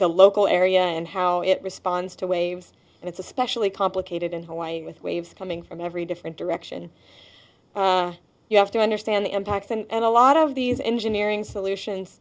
the local area and how it responds to waves and it's especially complicated in hawaii with waves coming from every different direction you have to understand the impacts and a lot of these engineering solutions